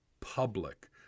public